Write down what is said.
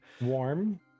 warm